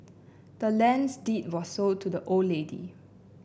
the land's deed was sold to the old lady